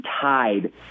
tied